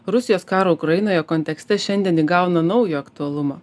rusijos karo ukrainoje kontekste šiandien įgauna naujo aktualumo